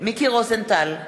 מיקי רוזנטל,